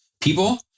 people